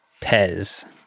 Pez